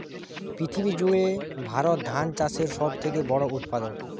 পৃথিবী জুড়ে ভারত ধান চাষের সব থেকে বড় উৎপাদক